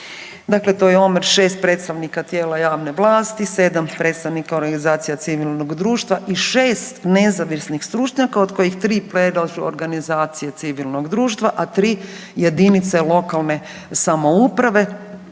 dakle to je omjer 6 predstavnika tijela javne vlasti, 7 predstavnika organizacija civilnog društva i 6 nezavisnih stručnjaka od kojih 3 predlažu organizacije civilnog društva, a 3 jedinice lokalne samouprave